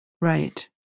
Right